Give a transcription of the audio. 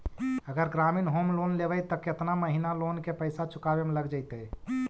अगर ग्रामीण home loan लेबै त केतना महिना लोन के पैसा चुकावे में लग जैतै?